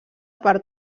per